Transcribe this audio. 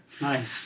Nice